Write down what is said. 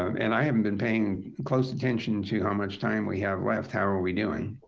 and i haven't been paying close attention to how much time we have left. how are we doing?